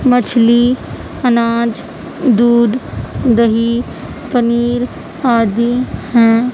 مچھلی اناج دودھ دہی پنیر آدھی ہیں